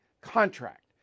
contract